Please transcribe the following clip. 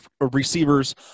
receivers